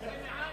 הוא מעל,